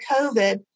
COVID